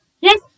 Yes